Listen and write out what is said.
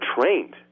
trained